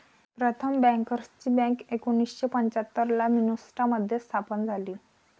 प्रथम बँकर्सची बँक एकोणीसशे पंच्याहत्तर ला मिन्सोटा मध्ये स्थापन झाली